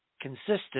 consistent